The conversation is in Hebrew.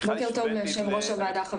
בוקר טוב לכל הנוכחים,